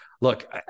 look